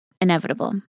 inevitable